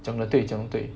讲得对讲得对